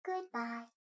Goodbye